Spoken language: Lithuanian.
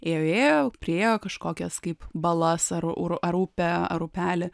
ėjo ėjo priėjo kažkokias kaip balas ar upę ar upelį